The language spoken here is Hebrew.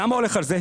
למה הולך על זה?